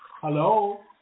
Hello